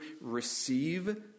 receive